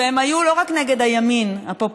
והם היו לא רק נגד הימין הפופוליסטי,